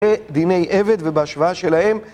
דיני עבד ובהשוואה שלהם.